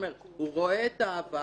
הוא רואה את העבר,